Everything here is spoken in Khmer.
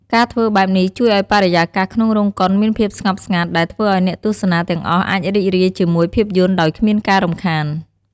ការធ្វើបែបនេះ ជួយឲ្យបរិយាកាសក្នុងរោងកុនមានភាពស្ងប់ស្ងាត់ ដែលធ្វើឲ្យអ្នកទស្សនាទាំងអស់អាចរីករាយជាមួយភាពយន្តដោយគ្មានការរំខាន។